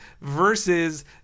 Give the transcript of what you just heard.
versus